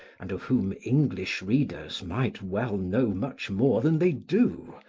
and of whom english readers might well know much more than they do,